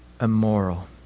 immoral